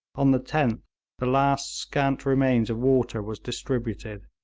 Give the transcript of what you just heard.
on the tenth the last scant remains of water was distributed.